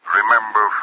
remember